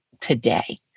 today